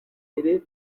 abaturage